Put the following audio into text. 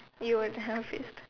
you were to her face